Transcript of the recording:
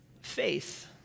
faith